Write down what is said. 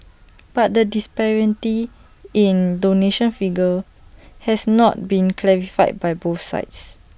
but the disparity in donation figures has not been clarified by both sides